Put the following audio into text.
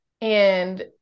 And-